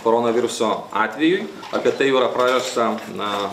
koronaviruso atvejui apie tai jau yra praėjusiam na